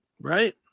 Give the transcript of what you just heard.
Right